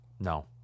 No